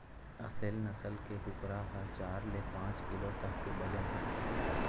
असेल नसल के कुकरा ह चार ले पाँच किलो तक के बजन होथे